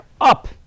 up